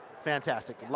fantastic